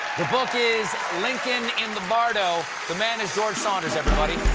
the book is lincoln in the bardo. the man is george saunders. everybody.